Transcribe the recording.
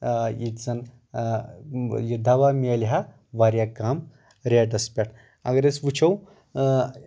ییٚتہِ زن یہِ دوہ میٚلہِ ہا واریاہ کَم ریٚٹس پٮ۪ٹھ اَگر أسۍ وُچھو